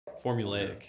Formulaic